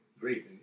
great